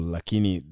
Lakini